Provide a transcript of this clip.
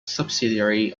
subsidiary